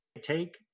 take